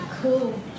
Cool